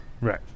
Right